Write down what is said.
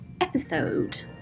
episode